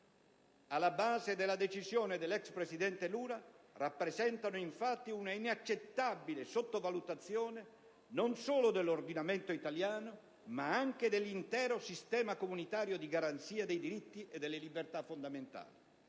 alla base della decisione dell'ex presidente Lula rappresentano, infatti, una inaccettabile sottovalutazione non solo dell'ordinamento italiano, ma anche dell'intero sistema comunitario di garanzia dei diritti e delle libertà fondamentali.